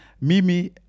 Mimi